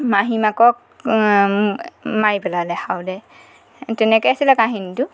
মাহীমাকক মাৰি পেলালে সাউদে তেনেকৈ আছিলে কাহিনীটো